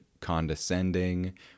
condescending